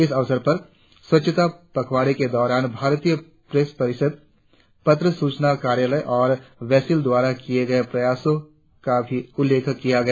इस अवसर पर स्वच्छता पखवाड़े के दौरान भारतीय प्रेस परिषद पत्र सूचना कार्यालय और बेसिल द्वारा किए गए प्रयासों का भी उल्लेख किया गया